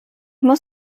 muss